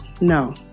no